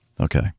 Okay